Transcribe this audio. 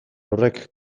horrek